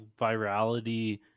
virality